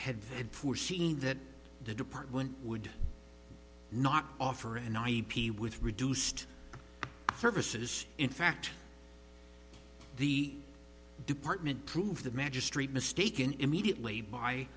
had and foreseen that the department would not offer an ip with reduced services in fact the department prove the magistrate mistaken immediately by